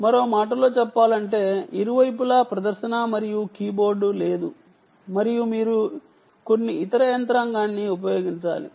మరో మాటలో చెప్పాలంటే ఇరువైపులా ప్రదర్శన మరియు కీబోర్డ్ లేదు మరియు మీరు కొన్ని ఇతర యంత్రాంగాన్ని ఉపయోగించాలి